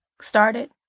started